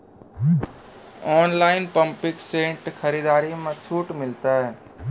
Online pumping set खरीदारी मे छूट मिलता?